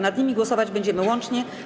Nad nimi głosować będziemy łącznie.